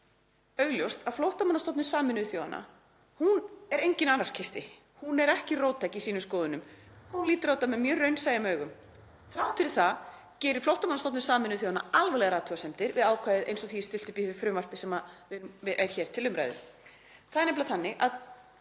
pontu, að Flóttamannastofnun Sameinuðu þjóðanna er enginn anarkisti. Hún er ekki róttæk í sínum skoðunum. Hún lítur á þetta mjög raunsæjum augum. Þrátt fyrir það gerir Flóttamannastofnun Sameinuðu þjóðanna alvarlegar athugasemdir við ákvæðið eins og því er stillt upp í því frumvarpi sem er hér til umræðu. Það er nefnilega þannig að